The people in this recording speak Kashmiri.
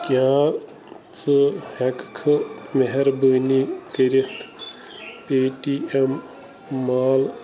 کیٛاہ ژٕ ہٮ۪ککھٕ مہربٲنی کٔرِتھ پےٚ ٹی ایٚم مال